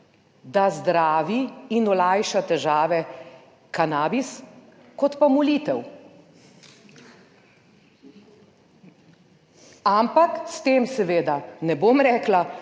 da zdravi in olajša težave kanabis kot pa molitev, ampak s tem seveda, ne bom rekla,